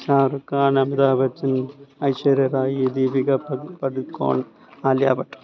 Shahrukh Khan Amitabh Bachchan Aishwarya Rai Deepika Padukone Alia Bhat